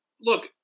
Look